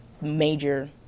major